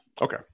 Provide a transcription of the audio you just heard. Okay